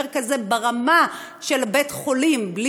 ומי שנכשל בניהול משבר כזה ברמה של בית-חולים בלי